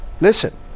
Listen